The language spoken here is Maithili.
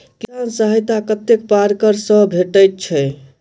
किसान सहायता कतेक पारकर सऽ भेटय छै?